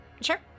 Sure